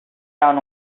down